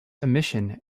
emission